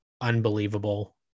unbelievable